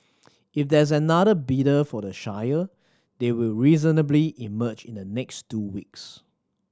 if there is another bidder for the Shire they will reasonably emerge in the next two weeks